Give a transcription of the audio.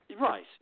Right